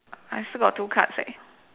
I still got two cards eh